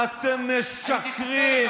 אתם משקרים.